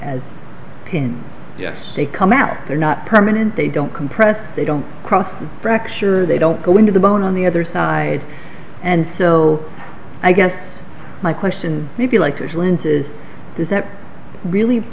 as pin yes they come out they're not permanent they don't compress they don't cross fracture they don't go into the bone on the other side and so i guess my question would be like yours when it is does that really